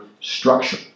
structure